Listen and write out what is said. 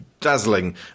dazzling